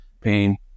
pain